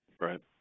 Right